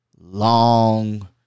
long